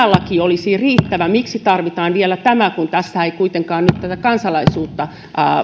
laki olisi riittävä miksi tarvitaan vielä tämä kun tässä ei kuitenkaan nyt tätä kansalaisuutta